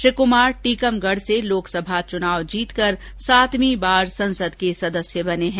श्री कुमार टीकमगढ़ से लोकसभा चुनाव जीतकर सातवीं बार संसद के सदस्य बने हैं